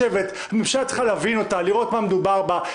הממשלה צריכה להבין אותה, לראות מה מדובר בה.